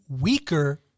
weaker